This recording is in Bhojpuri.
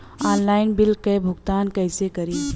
ऑनलाइन बिल क भुगतान कईसे करी?